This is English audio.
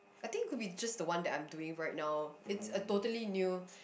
I think it could be just the one that I'm doing right now it's a totally new